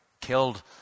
killed